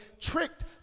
tricked